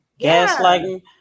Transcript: Gaslighting